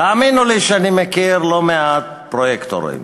תאמינו לי שאני מכיר לא מעט פרויקטורים.